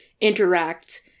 interact